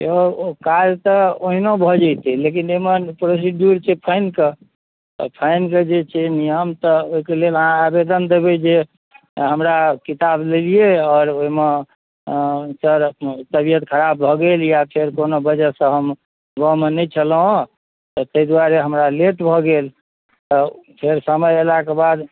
यौ ओ काज तऽ ओहिना भऽ जैते लेकिन एहिमे प्रोसिड्यूर छै तऽ फाइनके जे छै नियम तऽ ओहिके लेल अहाँ आवेदन देबै जे हमरा किताब लेलियै आओर ओहिमे तबियत खराब भऽ गेल या फेर कोनो वजह से हम गाँवमे नहि छलहुँ हँ ताहि दुआरे हमरा लेट भऽ गेल तऽ फेर समय अयलाके बाद